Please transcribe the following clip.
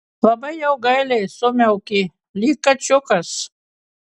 labai jau gailiai sumiaukė lyg kačiukas